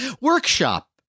Workshop